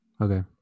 okay